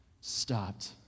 stopped